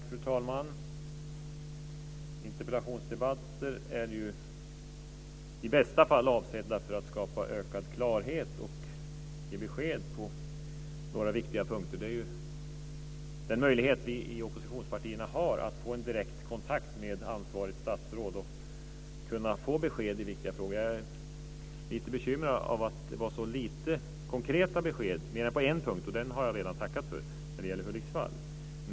Fru talman! Interpellationsdebatter är i bästa fall avsedda för att skapa ökad klarhet och ge besked på några viktiga punkter. Det är den möjlighet vi i oppositionspartierna har att få en direktkontakt med ansvarigt statsråd och kunna få besked i viktiga frågor. Jag är lite bekymrad över att det var så få konkreta besked, mer än på den punkt, och det har jag redan tackat för. Det gäller Hudiksvall.